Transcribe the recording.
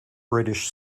british